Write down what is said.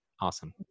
Awesome